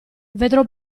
vedrò